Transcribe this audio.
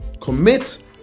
Commit